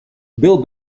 bill